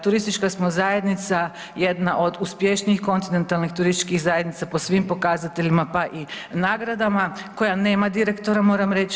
Turistička smo zajednica jedna od uspješnijih kontinentalnih turističkih zajednica po svim pokazateljima pa i na nagradama koja nema direktora, moram reći.